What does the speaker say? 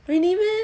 really meh